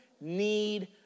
need